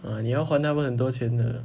啊你要还他们很多钱的